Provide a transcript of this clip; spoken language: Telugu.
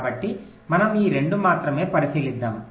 కాబట్టి మనం ఈ 2 మాత్రమే పరిశీలిద్దాం